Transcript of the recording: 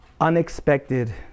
unexpected